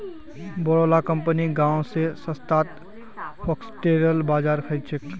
बोरो ला कंपनि गांव स सस्तात फॉक्सटेल बाजरा खरीद छेक